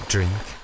Drink